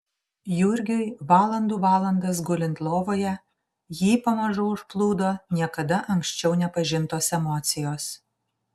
jurgiui valandų valandas gulint lovoje jį pamažu užplūdo niekada anksčiau nepažintos emocijos